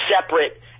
separate